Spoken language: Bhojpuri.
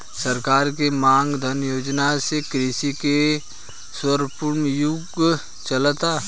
सरकार के मान धन योजना से कृषि के स्वर्णिम युग चलता